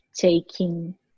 taking